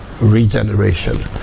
regeneration